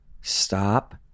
stop